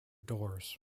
doors